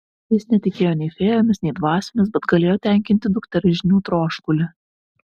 jis netikėjo nei fėjomis nei dvasiomis bet galėjo tenkinti dukters žinių troškulį